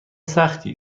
سختی